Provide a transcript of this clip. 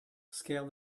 scaled